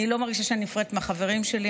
אני לא מרגישה שאני נפרדת מהחברים שלי,